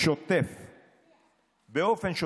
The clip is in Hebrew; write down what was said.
שיושב שר וקובע מכסה כמה אפשר לייבא וכמה אי-אפשר לייבא,